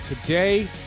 Today